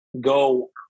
go